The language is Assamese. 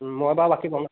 মই বাৰু বনা